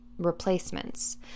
Replacements